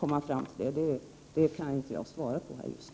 kan jag inte svara på just nu.